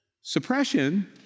Suppression